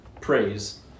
praise